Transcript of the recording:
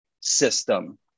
system